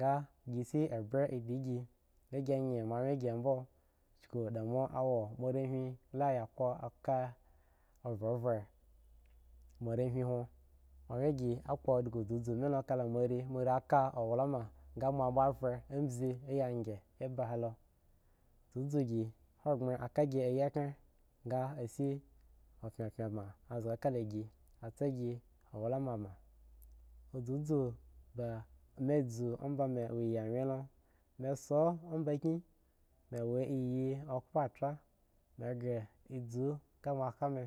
da ga oba dayi ga gi ye mo wyen bi bmi kuk da awo morewhi a a fve morehni hwo morehi ka awlama fve ka zeze zuzu gi ohagbre a ka gi ayikeng ga shi pya ke gi la wa ma zuzu a ba dewgen lo mi sko oba kye oye okpo kya mi gre zu ka ma hakani.